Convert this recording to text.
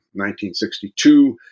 1962